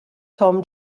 tom